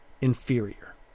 inferior